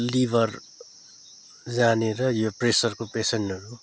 liver जाने र यो प्रेसरको पेसेन्टहरू